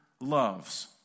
loves